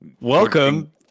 Welcome